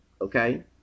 Okay